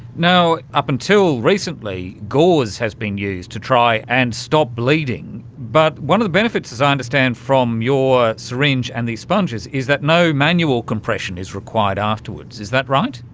up until recently, gauze has been used to try and stop bleeding. but one of the benefits, as i understand, from your syringe and these sponges is that no manual compression is required afterwards, is that right?